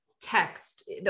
text